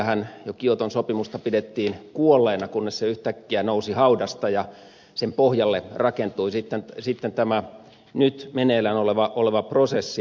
välillähän kioton sopimusta pidettiin jo kuolleena kunnes se yhtäkkiä nousi haudasta ja sen pohjalle rakentui sitten tämä nyt meneillään oleva prosessi